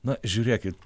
na žiūrėkit